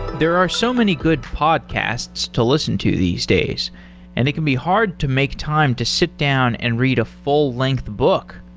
there are so many good podcasts to listen to these days and it can be hard to make time to sit down and read a full-length book.